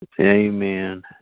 Amen